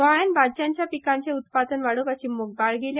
गोंयांत भाज्ज्यांच्या पिकांचे उत्पादन वाडोवपाची मोख बाळगिल्या